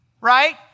right